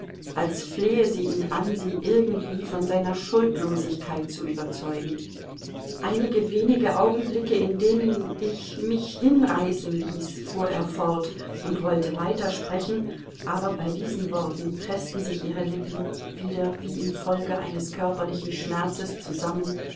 als flehe sie ihn an sie irgendwie von seiner schuldlosigkeit zu überzeugen einige wenige augenblicke in denen ich mich hinreißen ließ fuhr er fort und wollte weitersprechen aber bei diesen worten preßten sich ihre lippen wieder wie infolge eines körperlichen schmerzes zusammen